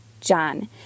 John